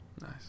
Nice